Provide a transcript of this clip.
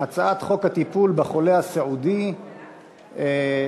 הצעת חוק הטיפול בחולה הסיעודי (תיקוני חקיקה),